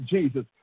Jesus